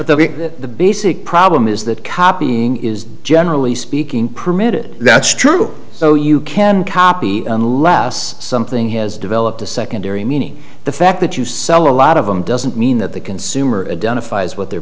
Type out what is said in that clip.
big the basic problem is that copying is generally speaking permitted that's true so you can copy unless something has developed a secondary meaning the fact that you sell a lot of them doesn't mean that the consumer done if eyes what they're